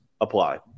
apply